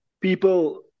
people